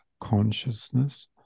consciousness